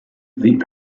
the